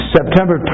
September